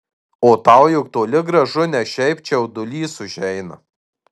o tau juk toli gražu ne šiaip čiaudulys užeina